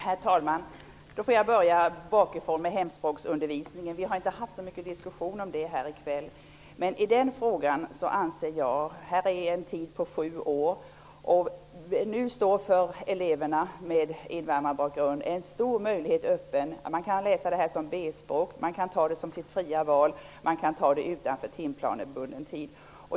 Herr talman! Då får jag börja bakifrån med hemspråksundervisningen. Vi har inte haft så mycket diskussion om det här i kväll. I den frågan anser jag att man under en tid på sju år ger eleverna med invandrarbakgrund en stor möjlighet: De kan läsa hemspråket som B-språk, som sitt fria val, man kan ta det utanför timplanebunden tid.